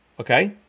Okay